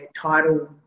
title